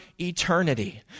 eternity